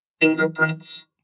fingerprints